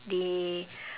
they